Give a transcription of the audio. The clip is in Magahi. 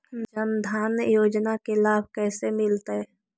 जन धान योजना के लाभ कैसे मिलतै?